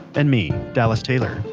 and me, dallas taylor.